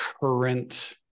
current